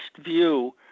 view